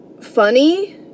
funny